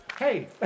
Hey